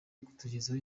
kutugezaho